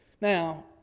Now